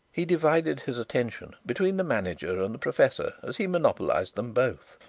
he divided his attention between the manager and the professor as he monopolized them both.